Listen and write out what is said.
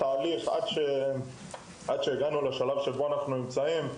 נמצאים בתהליך שהביא אותנו לשלב שבו אנחנו נמצאים כיום.